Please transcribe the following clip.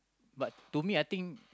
but to me I think